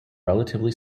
relatively